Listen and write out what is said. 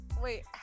Wait